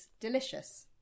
delicious